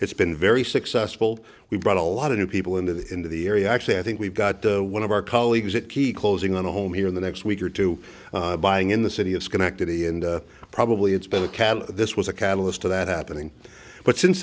it's been very successful we've brought a lot of new people into the into the area actually i think we've got one of our colleagues at key closing on a home here in the next week or two buying in the city of schenectady and probably it's been a cab this was a catalyst of that happening but since